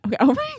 okay